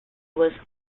was